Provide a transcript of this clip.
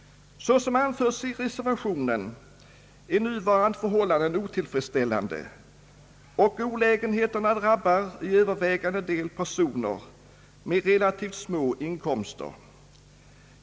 Såsom anförts i reservationen är nuvarande förhållanden otillfredsställande, och olägenheterna drabbar till övervägande del personer med relativt små inkomster.